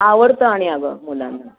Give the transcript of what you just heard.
आवडतं आणि अगं मुलांना